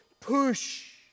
push